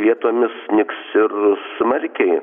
vietomis snigs ir smarkiai